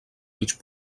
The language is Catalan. mig